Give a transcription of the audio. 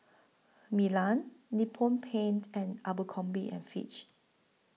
Milan Nippon Paint and Abercrombie and Fitch